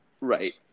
Right